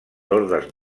ordes